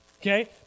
Okay